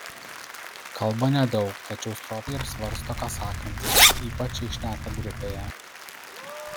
kalba nedaug tačiau stropiai apsvarsto ką sakantis ypač jei šneka grupėje